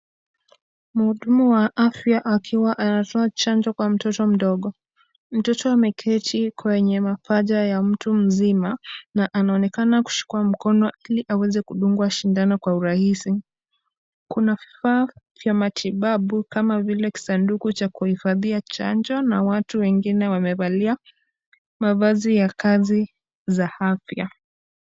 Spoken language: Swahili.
Mhudumu wa afya akiwa anatoa chanjo kwa mtoto mdogo. Mtoto ameketi kwenye mapaja ya mtu mzima na anaonekana kuchukua mkono ili aweze kudungwa shindano kwa urahisi. Kuna vifaa vya matibabu kama vile kisanduku cha kuhifadhia chanjo na watu wengine wamevalia mavazi ya kazi za afya.